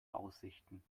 aussichten